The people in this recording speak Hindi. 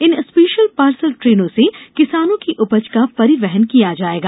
इन स्पेशल पार्सल ट्रेनों से किसानों की उपज का परिवहन किया जाएगा